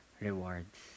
rewards